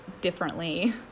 differently